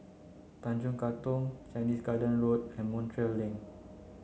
Tanjong Katong Chinese Garden Road and Montreal Link